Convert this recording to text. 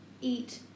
eat